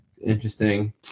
Interesting